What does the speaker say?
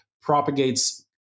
propagates